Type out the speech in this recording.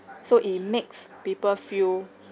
so it makes people feel